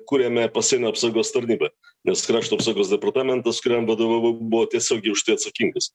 kūrėme pasienio apsaugos tarnybą nes krašto apsaugos departamentas kuriam vadovavau buvo tiesiogiai už tai atsakingus